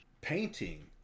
painting